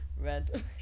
Red